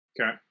Okay